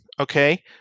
okay